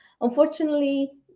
Unfortunately